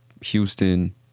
Houston